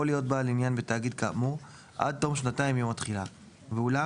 להיות בעל עניין בתאגיד כאמור עד תום שנתיים מיום התחילה; ואולם,